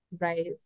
right